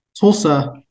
Tulsa